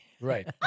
Right